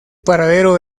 paradero